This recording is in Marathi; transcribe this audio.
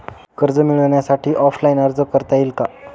कर्ज मिळण्यासाठी ऑफलाईन अर्ज करता येईल का?